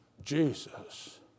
Jesus